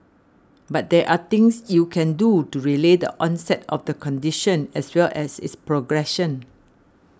but there are things you can do to delay the onset of the condition as well as its progression